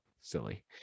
silly